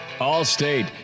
All-State